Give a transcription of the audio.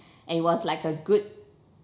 and was like a good